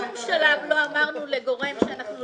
אנחנו בשום שלב לא אמרנו לגורם שאנחנו